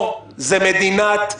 פה זה מדינת ישראל,